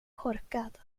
korkad